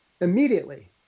immediately